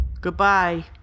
Goodbye